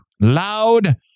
loud